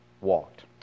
walked